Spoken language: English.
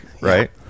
right